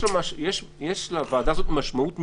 יש לוועדה הזאת משמעות מקצועית,